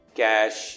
cash